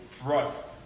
thrust